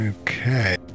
okay